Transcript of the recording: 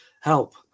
help